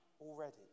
already